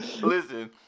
Listen